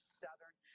southern